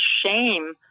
shame